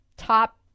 top